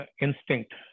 instinct